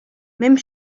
même